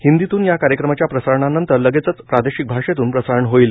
हिंदीतून या कार्यक्रमाच्या प्रसारणानंतर लगेचच प्रादेशिक भाषेतून प्रसारण होईल